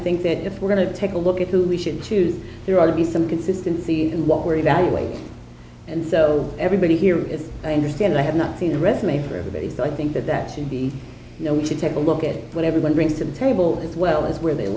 think that if we're going to take a look at who we should choose there ought to be some consistency in what we're evaluating and so everybody here is i understand i have not seen a resume for everybody so i think that that should be you know we should take a look at what everyone brings to the table as well as where they